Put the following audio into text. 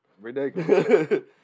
Ridiculous